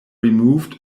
removed